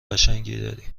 قشنگی